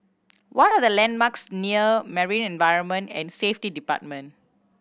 what are the landmarks near Marine Environment and Safety Department